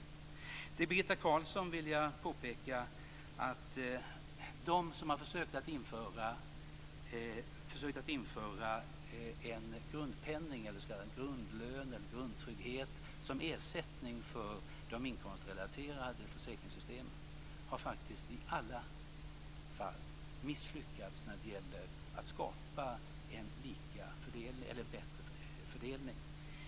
För Birgitta Carlsson vill jag påpeka att de som har försökt att införa en grundpenning eller en s.k. grundlön eller grundtrygghet som ersättning för de inkomstrelaterade försäkringssystemen i alla fall faktiskt har misslyckats när det gäller att skapa en bättre fördelning.